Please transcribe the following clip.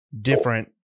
different